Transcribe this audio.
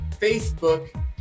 Facebook